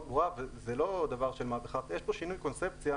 ברורה וזה לא דבר של מה בכך שיש כאן שינוי קונספציה.